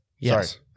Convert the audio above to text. Yes